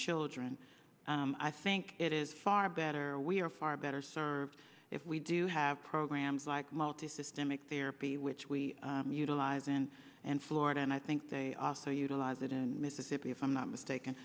children i think it is far better we're far better served if we do have programs like multi systemic therapy which we utilize and and florida and i think they also utilize it in mississippi if i'm not mistaken